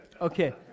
Okay